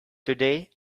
today